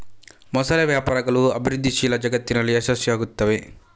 ಮೊಸಳೆ ವ್ಯಾಪಾರಗಳು ಅಭಿವೃದ್ಧಿಶೀಲ ಜಗತ್ತಿನಲ್ಲಿ ಯಶಸ್ವಿಯಾಗುತ್ತವೆ